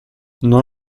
non